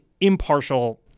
impartial